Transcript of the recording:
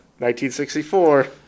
1964